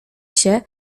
się